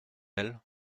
elle